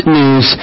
news